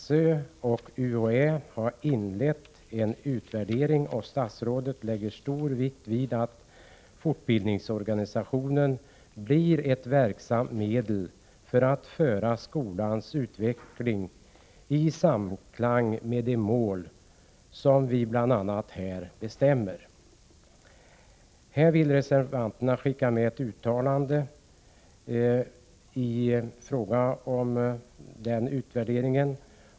SÖ och UHÄ har inlett en utvärdering och statsrådet lägger stor vikt vid att fortbildningsorganisationen blir ett verksamt medel för att leda skolans utveckling till samklang med de mål som vi bl.a. bestämmer här. I fråga om den utvärderingen vill reservanterna skicka med ett uttalande.